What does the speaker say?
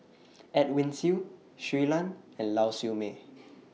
Edwin Siew Shui Lan and Lau Siew Mei